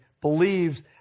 believes